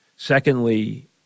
Secondly